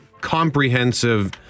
comprehensive